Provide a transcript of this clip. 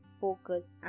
focus